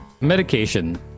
medication